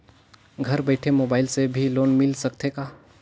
घर बइठे मोबाईल से भी लोन मिल सकथे का?